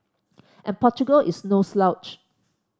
and Portugal is no slouch